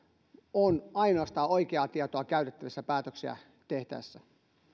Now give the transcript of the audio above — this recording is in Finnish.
on ainoastaan oikeaa tietoa käytettävissä päätöksiä tehtäessä